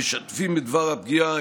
משתפים בדבר הפגיעה,